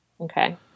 Okay